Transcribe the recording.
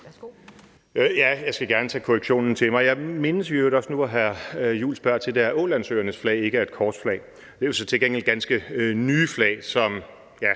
(DF): Ja, jeg skal gerne tage korrektionen til mig. Jeg mindes i øvrigt også nu, hvor hr. Christian Juhl spørger til det, at Ålandsøernes flag ikke er et korsflag. Det er jo så til gengæld ganske nye flag, som ja,